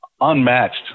unmatched